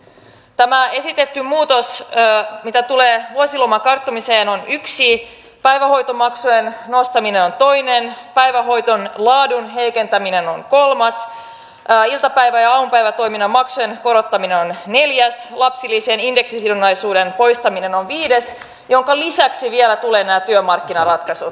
tämä esitetty muutos mitä tulee vuosiloman karttumiseen on yksi päivähoitomaksujen nostaminen on toinen päivähoidon laadun heikentäminen on kolmas iltapäivä ja aamupäivätoiminnan maksujen korottaminen on neljäs lapsilisien indeksisidonnaisuuden poistaminen on viides ja näiden lisäksi vielä tulevat nämä työmarkkinaratkaisut